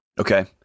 Okay